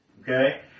Okay